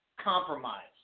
compromise